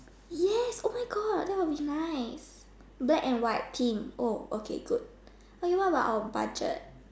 yes oh my God that will be nice black and white theme oh okay good okay what about our budget